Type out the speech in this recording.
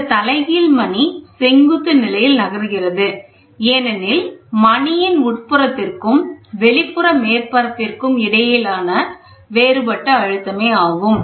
இந்த தலைகீழ் மணி செங்குத்து நிலையில் நகர்கிறது ஏனெனில் மணியின் உட்புறத்திற்கும் வெளிப்புற மேற்பரப்பிற்கும் இடையிலான வேறுபட்ட அழுத்தமே ஆகும்